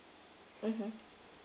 mmhmm